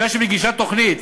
ממשלה שמגישה תוכנית,